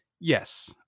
Yes